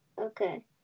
Okay